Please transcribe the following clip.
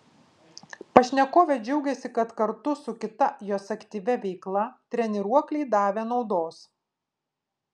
pašnekovė džiaugėsi kad kartu su kita jos aktyvia veikla treniruokliai davė naudos